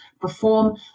perform